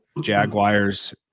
Jaguars